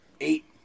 eight